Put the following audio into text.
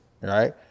right